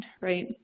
right